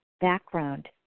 background